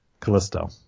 Callisto